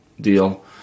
deal